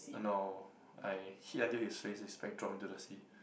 no I hit until his face his spec drop into the sea